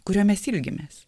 kurio mes ilgimės